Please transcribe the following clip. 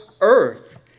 earth